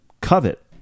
covet